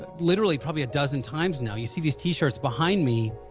literally probably a dozen times now you see these t-shirts behind me,